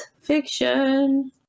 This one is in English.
fiction